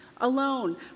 alone